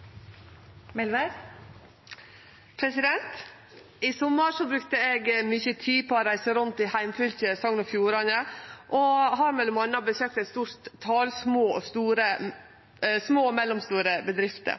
Sogn og Fjordane, og eg har m.a. besøkt eit stort tal små og mellomstore bedrifter.